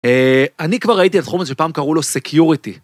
אני כבר ראיתי את התחום הזה שפעם קראו לו סקיוריטי.